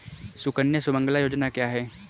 सुकन्या सुमंगला योजना क्या है?